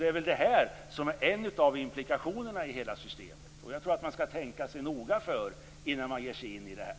Det är väl det här som är en av implikationerna i hela systemet. Jag tror att man skall tänka sig noga för innan man ger sig in i det här.